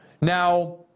Now